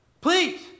Please